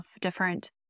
different